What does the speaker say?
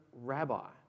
rabbi